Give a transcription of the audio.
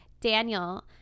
Daniel